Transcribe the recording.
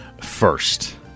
first